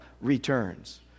returns